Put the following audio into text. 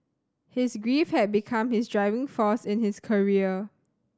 his grief had become his driving force in his career